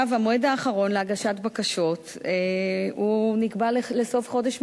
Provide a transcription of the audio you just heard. המועד האחרון להגשת בקשות נקבע לסוף חודש מרס.